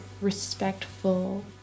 respectful